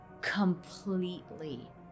completely